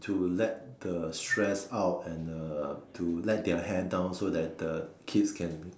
to let the stress out and uh to let their hair down so that the kids can